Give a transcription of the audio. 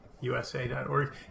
usa.org